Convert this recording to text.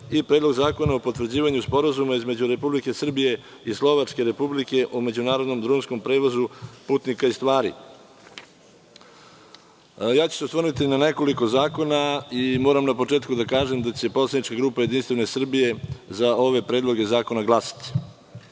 i Predlog zakona o potvrđivanju Sporazuma između Republike Srbije i Slovačke Republike o međunarodnom drumskom prevozu putnika i stvari. Osvrnuću se samo na nekoliko zakona i moram na početku da kažem da će poslanička grupa Jedinstvene Srbije, za ove predloge zakona glasati. Predlog